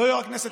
לא יו"ר הכנסת,